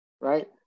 right